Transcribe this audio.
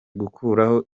gukuraho